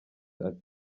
ati